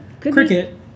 Cricket